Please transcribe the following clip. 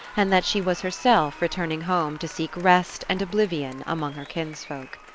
and that she was herself returning home to seek rest and oblivion among her kinsfolk.